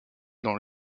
dans